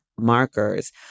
markers